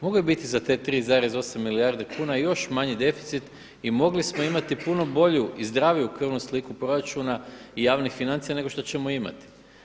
Mogao je biti za te 3,8 milijardi kuna još manji deficit i mogli smo imati puno bolju i zdraviju krvnu sliku proračuna i javnih financija, nego što ćemo imati.